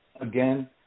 Again